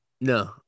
No